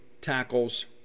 tackles